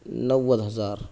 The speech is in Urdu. نوے ہزار